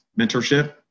mentorship